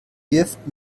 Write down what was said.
wirft